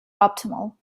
optimal